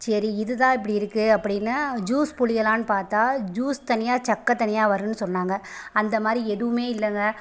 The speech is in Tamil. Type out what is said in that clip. சரி இதுதான் இப்படி இருக்குது அப்படின்னு ஜூஸ் புழியலானு பார்த்தா ஜூஸ் தனியாக சக்கை தனியாக வரும்னு சொன்னாங்க அந்தமாதிரி எதுவுமே இல்லைங்க